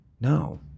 no